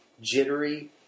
jittery